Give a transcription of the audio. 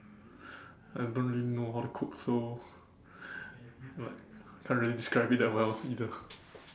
I don't really know how to cook so like I can't really describe it that well either